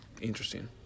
interesting